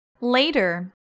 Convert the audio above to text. later